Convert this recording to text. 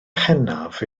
pennaf